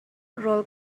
rawl